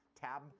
tab